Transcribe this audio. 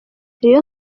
rayon